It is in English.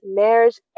marriage